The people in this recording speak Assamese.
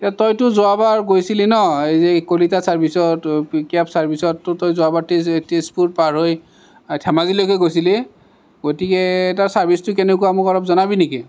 তইতো যোৱাবাৰ গৈছিলি ন এই যে কলিতা চাৰ্ভিছত কেব চাৰ্ভিছত তইতো যোৱাবাৰ তেজপুৰ পাৰহৈ ধেমাজিলৈকে গৈছিলি গতিকে তাৰ চাৰ্ভিছটো কেনেকুৱা মোক অলপ জনাবি নেকি